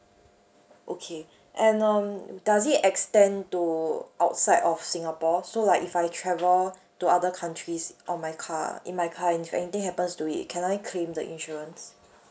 okay and um does it extend to outside of singapore so like if I travel to other countries on my car in my car if anything happens to it can I claim the insurance